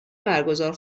برگزار